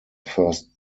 first